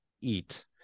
Eat